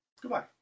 Goodbye